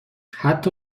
حتی